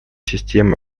системы